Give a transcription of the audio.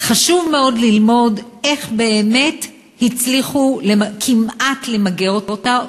חשוב מאוד ללמוד איך באמת הצליחו כמעט למגר אותה,